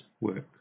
work